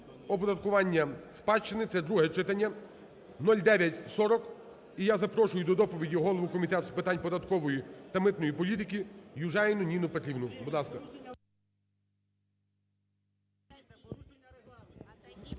оподаткування спадщини) – це друге читання, 0940. І я запрошую до доповіді голову Комітету з питань податкової та митної політики Южаніну Ніну Петрівну, будь ласка. Ніна